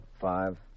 five